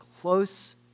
close